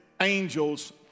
angels